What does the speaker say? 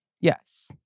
yes